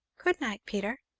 good night, peter!